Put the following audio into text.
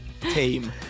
team